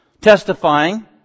testifying